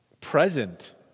present